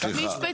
סליחה,